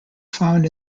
found